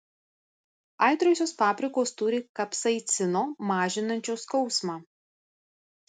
aitriosios paprikos turi kapsaicino mažinančio skausmą